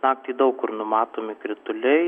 naktį daug kur numatomi krituliai